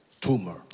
tumor